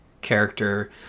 character